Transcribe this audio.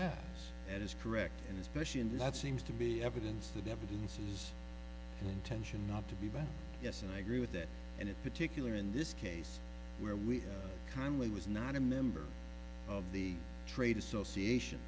duration that is correct and especially in that seems to be evidence that evidences intention not to be but yes and i agree with that and it particular in this case where we kindly was not a member of the trade association